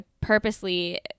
purposely